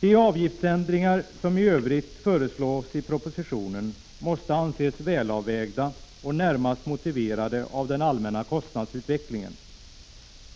De avgiftsändringar som i övrigt föreslås i propositionen måste anses väl avvägda och närmast motiverade av den allmänna kostnadsutvecklingen.